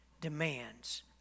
demands